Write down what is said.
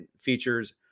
features